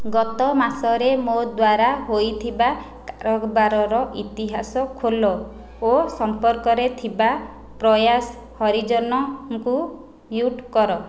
ଗତ ମାସରେ ମୋ ଦ୍ୱାରା ହୋଇଥିବା କାରବାରର ଇତିହାସ ଖୋଲ ଓ ସମ୍ପର୍କରେ ଥିବା ପ୍ରୟାସ ହରିଜନଙ୍କୁ ମ୍ୟୁଟ କର